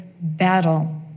battle